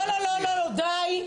לא, די.